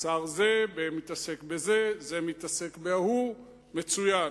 שר זה מתעסק בזה, זה מתעסק בההוא, מצוין.